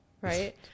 Right